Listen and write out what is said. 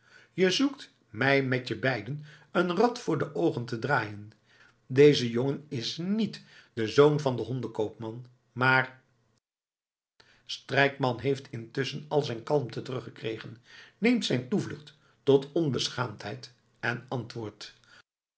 je zoekt mij met je beiden een rad voor de oogen te draaien deze jongen is niet de zoon van den hondenkoopman maar strijkman heeft intusschen al zijn kalmte teruggekregen neemt zijn toevlucht tot onbeschaamdheid en antwoordt